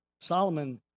Solomon